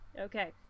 Okay